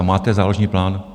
Máte záložní plán?